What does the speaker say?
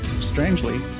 strangely